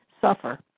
suffer